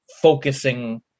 focusing